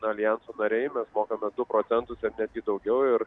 aljanso nariai mes mokame du procentus ir netgi daugiau ir